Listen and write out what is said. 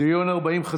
בסדר-היום,